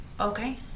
Okay